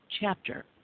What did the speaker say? chapter